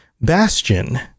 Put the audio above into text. Bastion